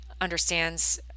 understands